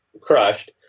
crushed